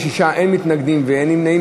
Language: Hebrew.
46 בעד, אין מתנגדים ואין נמנעים.